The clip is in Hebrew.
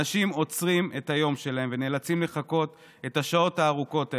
אנשים עוצרים את היום שלהם ונאלצים לחכות את השעות הארוכות האלה.